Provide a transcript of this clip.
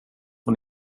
hon